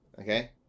okay